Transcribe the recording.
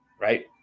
right